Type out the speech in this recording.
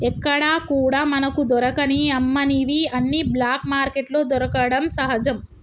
ఎక్కడా కూడా మనకు దొరకని అమ్మనివి అన్ని బ్లాక్ మార్కెట్లో దొరకడం సహజం